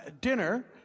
dinner